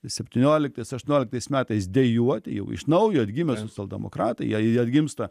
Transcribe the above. septynioliktais aštuonioliktais metais dejuoti jau iš naujo atgimę socialdemokratai jie atgimsta